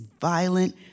violent